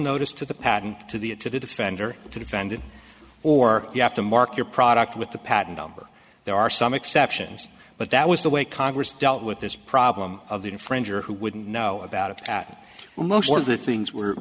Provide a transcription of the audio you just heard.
notice to the patent to the it to the defender to defend it or you have to mark your product with the patent number there are some exceptions but that was the way congress dealt with this problem of the infringer who wouldn't know about it at most one of the things we're